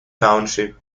township